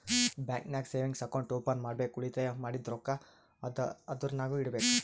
bank ನಾಗ್ savings account open ಮಾಡ್ಬೇಕ ಉಳಿತಾಯ ಮಾಡಿದ್ದು ರೊಕ್ಕಾ ಅದುರ್ನಾಗ್ ಇಡಬೇಕ್